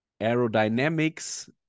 aerodynamics